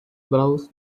browsed